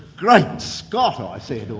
great scott! ah i said,